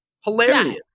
Hilarious